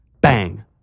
Bang